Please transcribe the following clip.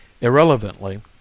Irrelevantly